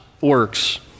works